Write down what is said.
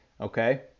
Okay